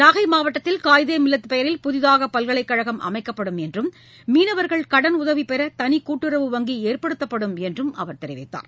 நாகை மாவட்டத்தில் காயிதே மில்லத் பெயரில் புதிதாக பல்கலைக்கழகம் அமைக்கப்படும் என்றும் மீளவர்கள் கடனுதவி பெற தளிக்கூட்டுறவு வங்கி ஏற்படுத்தப்படும் என்றும் அவர் தெரிவித்தார்